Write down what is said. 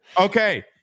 Okay